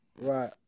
right